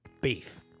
Beef